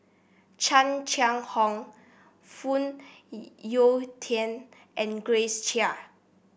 Chan Chang How Phoon Yew Tien and Grace Chia